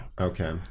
Okay